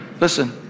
Listen